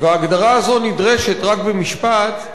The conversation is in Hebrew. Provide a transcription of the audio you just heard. וההגדרה הזאת נדרשת, רק במשפט: